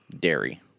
dairy